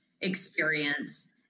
experience